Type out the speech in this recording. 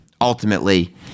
ultimately